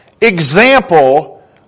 example